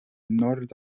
nord